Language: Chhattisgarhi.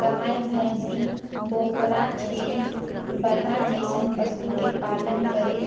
गाय, भइसी, बोकरा, छेरी, बरहा जइसन पसु के पालन करे